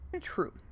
true